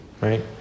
right